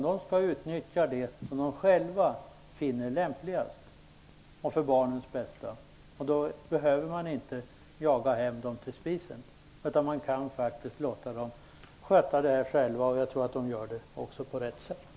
De skall utnyttja det på det sätt som de själva finner lämpligast och bäst för barnen. Då behöver man inte jaga hem föräldrarna till spisen. Man kan faktiskt låta dem sköta detta själva. Jag tror att de gör det på rätt sätt.